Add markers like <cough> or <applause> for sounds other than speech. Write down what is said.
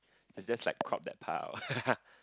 is just like crop that part out <laughs>